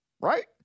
Right